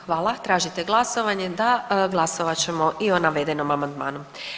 Hvala, tražite glasovanje, da, glasovat ćemo i o navedenom amandmanu.